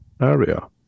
area